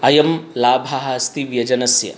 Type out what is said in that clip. अयं लाभः अस्ति व्यजनस्य